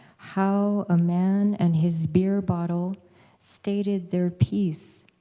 how a man and his beer bottle stated their piece.